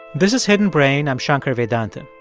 this is hidden brain. i'm shankar vedantam.